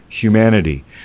humanity